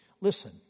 Listen